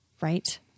right